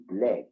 black